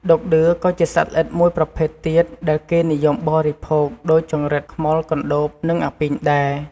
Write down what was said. ឌុកឌឿ ក៏ជាសត្វល្អិតមួយប្រភេទទៀតដែលគេនិយមបរិភោគ ដូចចង្រិត ខ្មុល កណ្ដូប និងអាពីងដែរ។